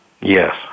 Yes